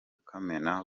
kamena